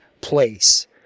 place